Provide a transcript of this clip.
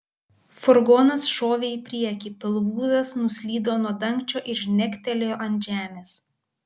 furgonas šovė į priekį pilvūzas nuslydo nuo dangčio ir žnegtelėjo ant žemės